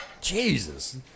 Jesus